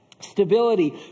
Stability